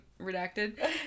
Redacted